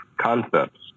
concepts